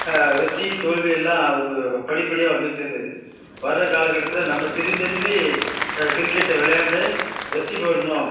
வெற்றி தோல்வி எல்லாம் அவருக்கு படி படியாக வந்துக்கிட்டே இருந்தது வர்ற காலக்கட்டத்தில் நம்ம திரும்பி திரும்பி கிரிக்கெட்டை விளையாண்டு வெற்றி பெறணும்